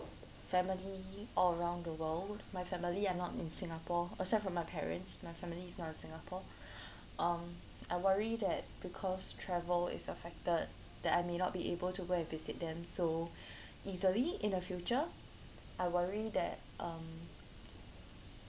family all around the world my family are not in singapore except for my parents my family's not in singapore um I worry that because travel is affected that I may not be able to go and visit them so easily in the future I worry that um